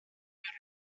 year